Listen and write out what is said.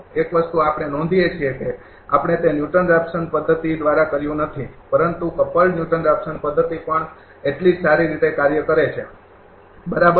એક વસ્તુ આપણે નોંધી છે કે આપણે તે ન્યુટન રાફસન પદ્ધતિ દ્વારા કર્યું નથી પરંતુ ક્પ્લડ ન્યુટન રાફસન પદ્ધતિ પણ એટલી જ સારી રીતે કાર્ય કરે છે બરાબર